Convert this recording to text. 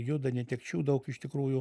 juda netekčių daug iš tikrųjų